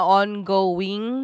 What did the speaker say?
ongoing